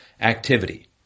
activity